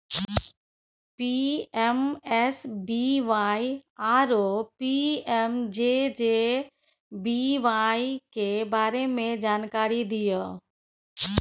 PMSBY आरो PMJJBY के बारे मे जानकारी दिय?